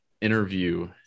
interview